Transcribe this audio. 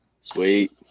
Sweet